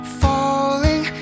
falling